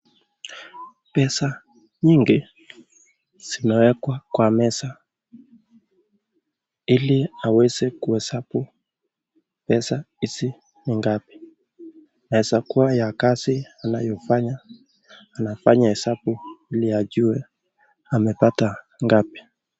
Pesa nyingi zimewekwa kwa meza, ili aweze kuhesabu pesa hizi ni ngapi. Inaweza kuwa ya kazi anayofanya, anafanya hesabu iliajue amepata ngapi.